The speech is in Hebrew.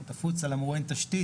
--- אין תשתית,